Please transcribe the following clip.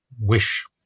Wish